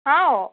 ꯍꯥꯎ